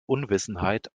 unwissenheit